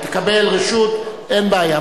תקבל רשות, אין בעיה.